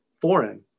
foreign